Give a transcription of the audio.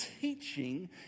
teaching